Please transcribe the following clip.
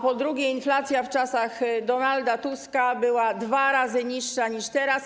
Po drugie, inflacja w czasach Donalda Tuska była dwa razy niższa niż teraz.